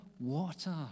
water